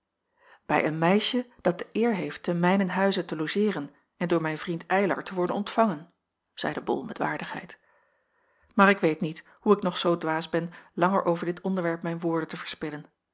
bij een meisje dat de eer heeft te mijnen huize te logeeren en door mijn vriend eylar te worden ontvangen zeide bol met waardigheid maar ik weet niet hoe ik nog zoo dwaas ben langer over dit onderwerp mijn woorden te verspillen